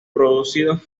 producidos